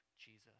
Jesus